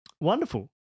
Wonderful